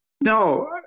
No